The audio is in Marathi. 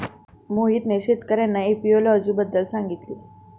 मोहितने शेतकर्यांना एपियोलॉजी बद्दल सांगितले